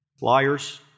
Liars